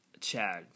Chad